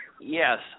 Yes